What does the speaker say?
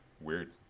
Weird